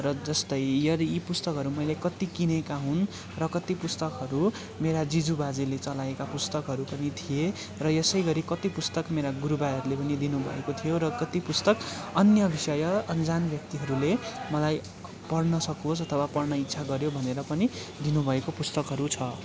र जस्तै य र यी पुस्तकहरू मैले कति किनेका हुँ र कति पुस्तकहरू मेरा जिजुबाजेले चलाएका पुस्तकहरू पनि थिए र यसै गरी कति पुस्तकहरू मेरा गुरुबाहरूले पनि दिनु भएको थियो र कति पुस्तक अन्य विषय अन्जान व्यक्तिहरूले मलाई पढ्न सकोस् अथवा पढ्न इच्छा गऱ्यो भनेर पनि दिनु भएको पुस्तकहरू छ